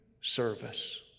service